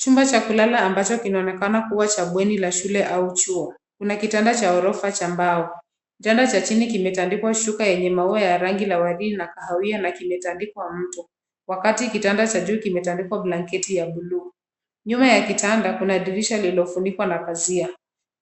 Chumba cha kulala ambacho kinaonekana kuwa cha bweni la shule au chuo. Kuna kitanda cha orofa cha mbao. Kitanda cha chini kimetandikwa shuka yenye maua ya rangi lawali na kahawia na kimetandikwa mto, wakati kitanda cha juu kimetandikwa blanketi ya buluu. Nyuma ya kitanda kuna dirisha lililofunikwa na pazia.